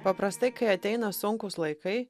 paprastai kai ateina sunkūs laikai